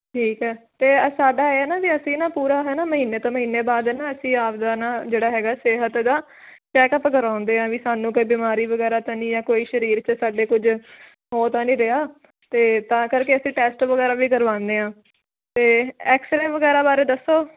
ਠੀਕ ਐ ਤੇ ਸਾਡਾ ਇਹ ਨਾ ਵੀ ਅਸੀਂ ਨਾ ਪੂਰਾ ਹੈਨਾ ਮਹੀਨੇ ਤੋਂ ਮਹੀਨੇ ਬਾਅਦ ਨਾ ਅਸੀਂ ਆਪਦਾ ਨਾ ਜਿਹੜਾ ਹੈਗਾ ਸਿਹਤ ਦਾ ਚੈੱਕਅਪ ਕਰਾਉਂਦੇ ਆ ਵੀ ਸਾਨੂੰ ਕੋਈ ਬਿਮਾਰੀ ਵਗੈਰਾ ਤਾਂ ਨੀ ਜਾਂ ਕੋਈ ਸ਼ਰੀਰ ਚ ਸਾਡੇ ਕੁਝ ਹੋ ਤਾਂ ਰਿਹਾ ਤੇ ਤਾਂ ਕਰਕੇ ਅਸੀਂ ਟੈਸਟ ਵਗੈਰਾ ਵੀ ਕਰਵਾਨੇ ਆਂ ਤੇ ਐਕਸਰੇ ਵਗੈਰਾ ਬਾਰੇ ਦੱਸੋ